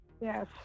Yes